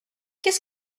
qu’est